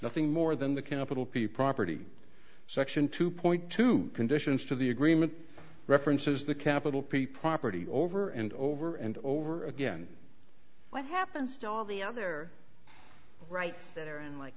nothing more than the capital p property section two point two conditions to the agreement reference is the capital p property over and over and over again what happens to all the other rights there unlike